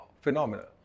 Phenomenal